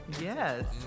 Yes